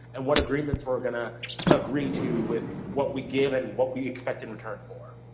and what agreements we're gonna agree to with what we give and what we expect in return for.